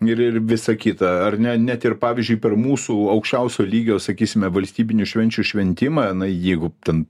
ir ir visa kita ar ne net ir pavyzdžiui per mūsų aukščiausio lygio sakysime valstybinių švenčių šventimą na jeigu ten